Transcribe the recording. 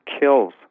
kills